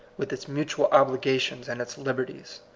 with its mutual obligations and its liberties.